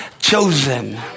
chosen